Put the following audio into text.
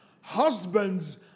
Husbands